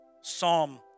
Psalm